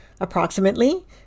approximately